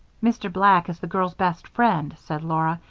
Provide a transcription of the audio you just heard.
mr. black is the girls' best friend, said laura.